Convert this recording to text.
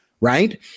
right